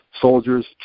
soldiers